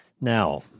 Now